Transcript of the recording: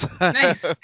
nice